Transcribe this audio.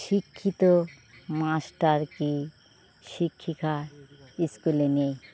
শিক্ষিত মাস্টারকে শিক্ষিকা স্কুলে নেই